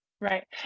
Right